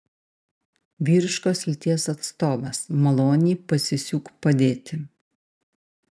vyriškos lyties atstovas maloniai pasisiūk padėti